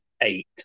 eight